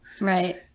Right